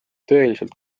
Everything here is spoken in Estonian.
tõeliselt